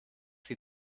sie